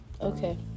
Okay